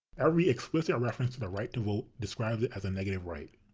every explicit reference to the right to vote describes it as a negative right.